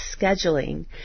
scheduling